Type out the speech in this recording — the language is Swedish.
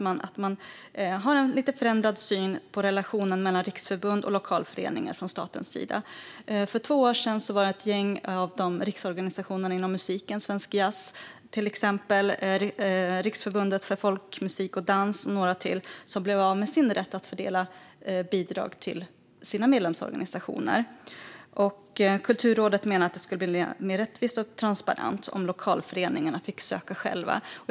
Man har en lite förändrad syn på relationen mellan riksförbund och lokalföreningar från statens sida. För två år sedan var det ett gäng av riksorganisationerna inom musiken - Svensk Jazz, Riksförbundet för Folkmusik och Dans och några till - som blev av med rätten att fördela bidrag till sina medlemsorganisationer. Kulturrådet menade att det skulle bli mer rättvist och transparent om lokalföreningarna fick söka själva.